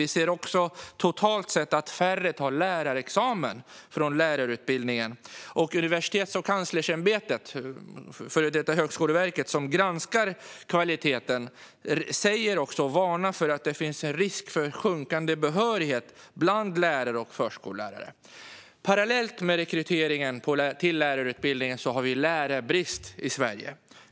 Vi ser också totalt sett att färre tar lärarexamen från lärarutbildningen. Universitetskanslersämbetet, före detta Högskoleverket, som granskar kvaliteten säger också detta och varnar för att det finns en risk för sjunkande behörighet bland lärare och förskollärare. Parallellt med rekryteringen till lärarutbildningen har vi lärarbrist i Sverige.